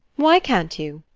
why can't you?